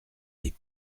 les